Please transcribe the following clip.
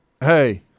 hey